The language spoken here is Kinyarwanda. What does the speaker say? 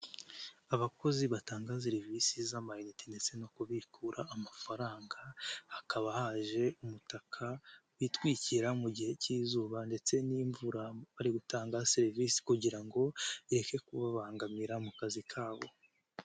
Abakozi batanga serivisi z'amayinite ndetse no kubikura amafaranga, hakaba haje umutaka bitwikira mu gihe cy'izuba ndetse n'imvura bari gutanga serivisi kugira ngo ireke kubabangamira mu kazi kabo.